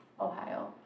Ohio